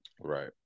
Right